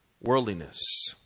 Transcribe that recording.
worldliness